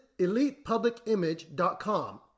ElitePublicImage.com